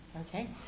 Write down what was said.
Okay